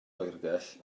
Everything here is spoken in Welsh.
oergell